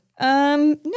no